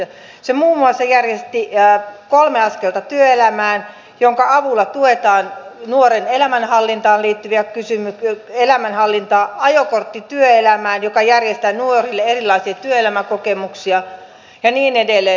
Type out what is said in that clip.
se muun muassa järjesti kolme askelta työelämään jonka avulla tuetaan nuoren elämän hallintaan liittyviä kysymyksiä elämän hallinta elämänhallintaa ajokortin työelämään joka järjestää nuorille erilaisia työelämäkokemuksia ja niin edelleen